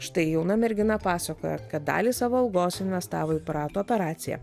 štai jauna mergina pasakojo kad dalį savo algos investavo į piratų operaciją